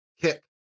Kick